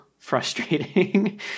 frustrating